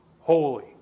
Holy